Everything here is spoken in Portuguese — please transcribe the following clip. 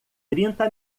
trinta